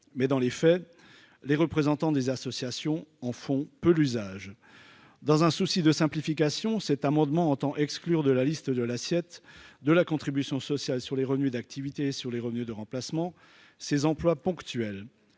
Mais, dans les faits, les représentants des associations en font peu l'usage. Dans un souci de simplification, cet amendement vise à exclure de la liste de l'assiette de la contribution sociale sur les revenus d'activité et sur les revenus de remplacement ces emplois ponctuels,